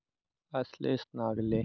Ashilesh Nagle